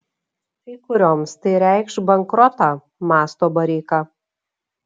kai kurioms tai reikš bankrotą mąsto bareika